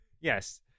Yes